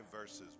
verses